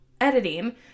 editing